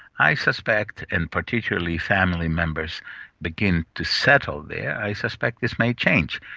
i suspect, and particularly family members begin to settle there, i suspect this may change.